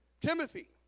Timothy